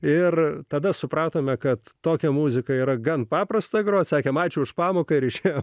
ir tada supratome kad tokia muzika yra gan paprasta groti sakė mačiui už pamoką reiškia